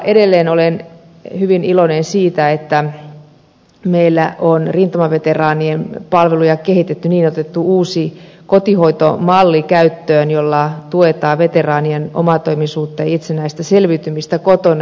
edelleen olen hyvin iloinen siitä että meillä on rintamaveteraanien palveluja kehitetty niin että on otettu käyttöön uusi kotihoitomalli jolla tuetaan veteraanien omatoimisuutta ja itsenäistä selviytymistä kotona